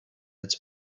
its